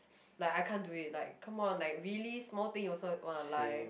like I can't do it like come on like really small thing you also want to lie